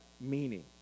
meaning